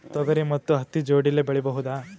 ತೊಗರಿ ಮತ್ತು ಹತ್ತಿ ಜೋಡಿಲೇ ಬೆಳೆಯಬಹುದಾ?